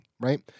right